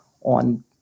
on